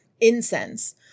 incense